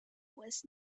was